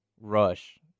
rush